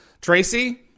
Tracy